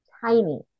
tiny